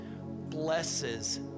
blesses